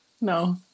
No